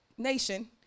nation